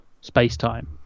space-time